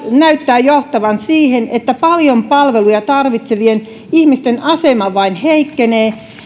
näyttää johtavan siihen että paljon palveluja tarvitsevien ihmisten asema vain heikkenee